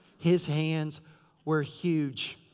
his hands were huge.